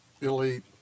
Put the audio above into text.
elite